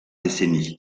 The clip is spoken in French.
décennies